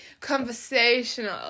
conversational